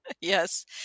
yes